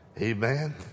Amen